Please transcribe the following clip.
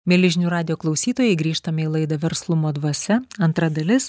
mieli žinių radijo klausytojai grįžtame į laidą verslumo dvasia antra dalis